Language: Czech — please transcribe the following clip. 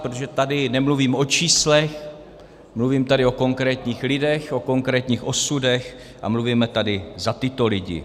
Protože tady nemluvím o číslech, mluvím tady o konkrétních lidech, o konkrétních osudech a mluvíme tady za tyto lidi.